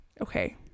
Okay